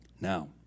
Now